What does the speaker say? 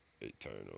eternal